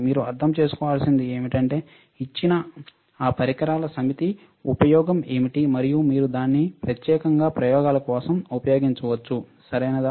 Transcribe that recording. మీరు అర్థం చేసుకోవలసినది ఏమిటంటే ఇచ్చిన ఆ పరికరాల సమితి ఉపయోగం ఏమిటి మరియు మీరు దీన్ని ప్రత్యేకంగా ప్రయోగాల కోసం ఉపయోగించవచ్చు సరియైనదా